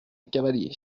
cavalier